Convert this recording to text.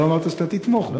לא אמרת שאתה תתמוך בה.